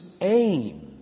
aim